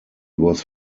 was